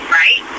right